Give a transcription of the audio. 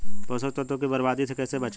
पोषक तत्वों को बर्बादी से कैसे बचाएं?